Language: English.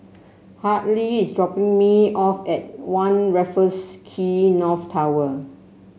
Hadley is dropping me off at One Raffles Quay North Tower